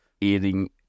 eating